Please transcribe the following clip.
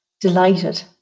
delighted